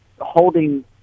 holding